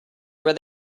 where